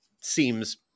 seems